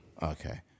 Okay